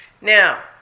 Now